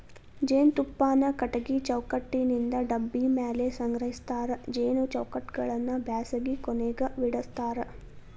ಜೇನುತುಪ್ಪಾನ ಕಟಗಿ ಚೌಕಟ್ಟನಿಂತ ಡಬ್ಬಿ ಮ್ಯಾಲೆ ಸಂಗ್ರಹಸ್ತಾರ ಜೇನು ಚೌಕಟ್ಟಗಳನ್ನ ಬ್ಯಾಸಗಿ ಕೊನೆಗ ಬಿಡಸ್ತಾರ